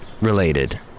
related